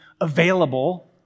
available